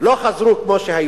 לא חזרו להיות כמו שהיו,